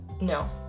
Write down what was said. no